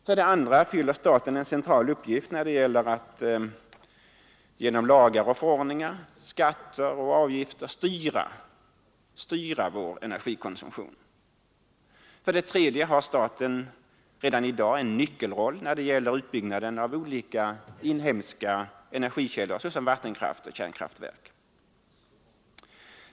För det andra fyller staten en central uppgift när det gäller att genom lagar och förordningar, skatter och avgifter styra vår energikonsumtion. För det tredje har staten redan i dag en nyckelroll när det gäller utbyggnaden av olika inhemska energikällor såsom vattenkraft och kärnkraftverk.